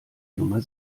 nummer